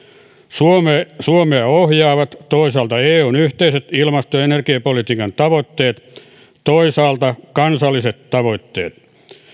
suomea suomea ohjaavat toisaalta eun yhteiset ilmasto ja energiapolitiikan tavoitteet toisaalta kansalliset tavoitteet